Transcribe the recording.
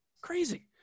Crazy